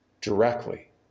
directly